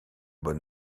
bon